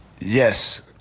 Yes